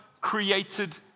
created